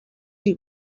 you